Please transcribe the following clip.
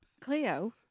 Cleo